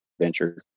venture